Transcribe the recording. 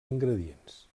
ingredients